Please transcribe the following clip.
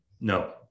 no